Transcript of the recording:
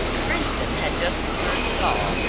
princeton had just secured the ball,